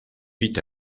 vit